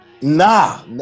nah